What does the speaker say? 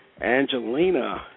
Angelina